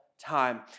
time